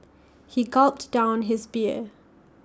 he gulped down his beer